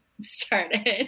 started